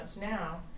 now